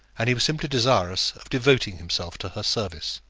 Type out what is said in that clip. and he was simply desirous of devoting himself to her service.